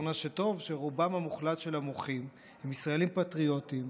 טוב שרובם המוחלט של המוחים הם ישראלים פטריוטים,